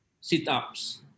sit-ups